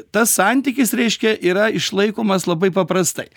tas santykis reiškia yra išlaikomas labai paprastai